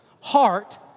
heart